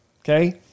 Okay